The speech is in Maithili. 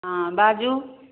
हँ बाजू